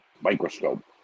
microscope